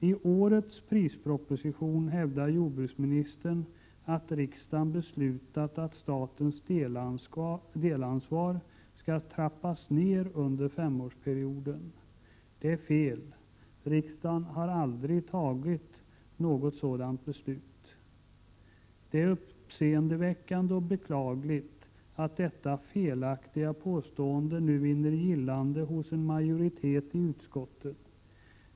I årets prisproposition hävdar jordbruksministern att riksdagen beslutat att statens delansvar skall trappas ned under femårsperioden. Det är fel. Riksdagen har aldrig fattat något sådant beslut. Det är uppseendeväckande och beklagligt att detta felaktiga påstående nu vinner gillande hos en majoritet i utskottet.